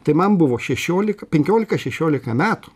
tai man buvo šešiolika penkiolika šešiolika metų